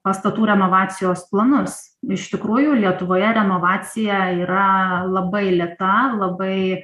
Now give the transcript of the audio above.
pastatų renovacijos planus iš tikrųjų lietuvoje renovacija yra labai lėta labai